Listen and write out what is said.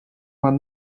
man